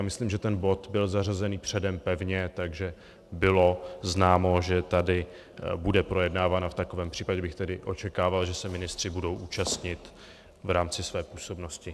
Myslím, že ten bod byl zařazený předem pevně, takže bylo známo, že tady bude projednáván, a v takovém případě bych tedy očekával, že se ministři budou účastnit v rámci své působnosti.